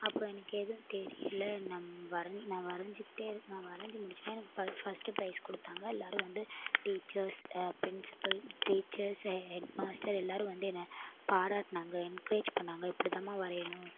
அப்போ எனக்கு எதுவும் தெரியலை நம் வரஞ் நான் வரைஞ்சிக்கிட்டே நான் வரைஞ்சி முடிச்சவொடனே எனக்கு ப ஃபஸ்ட்டு பிரைஸ் கொடுத்தாங்க எல்லாரும் வந்து டீச்சர்ஸ் பிரின்சிபல் டீச்சர்ஸ் ஹெ ஹெட்மாஸ்டர் எல்லோரும் வந்து என்னை பாராட்டினாங்க என்கரேஜ் பண்ணாங்க இப்படிதாம்மா வரையணும்